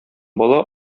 бала